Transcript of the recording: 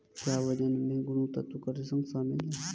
क्या वजन में गुरुत्वाकर्षण शामिल है?